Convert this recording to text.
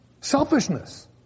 Selfishness